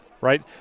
right